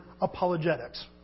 apologetics